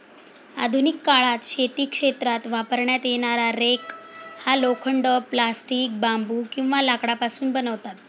आधुनिक काळात शेती क्षेत्रात वापरण्यात येणारा रेक हा लोखंड, प्लास्टिक, बांबू किंवा लाकडापासून बनवतात